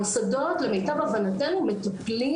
המוסדות, למיטב הבנתנו, מטפלים